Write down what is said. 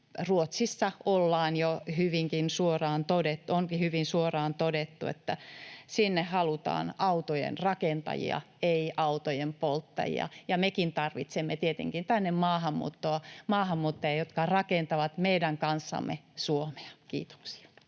Ruotsissa onkin jo hyvin suoraan todettu, että sinne halutaan autojen rakentajia, ei autojen polttajia. Mekin tarvitsemme tietenkin tänne maahanmuuttajia, jotka rakentavat meidän kanssamme Suomea. — Kiitoksia.